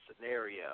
Scenario